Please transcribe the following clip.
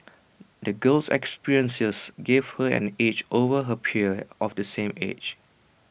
the girl's experiences gave her an edge over her peers of the same age